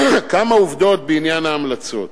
כמה עובדות בעניין ההמלצות: